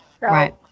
right